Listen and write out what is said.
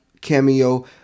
cameo